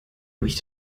durch